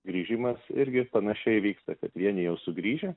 grįžimas irgi panašiai vyksta kad vieni jau sugrįžę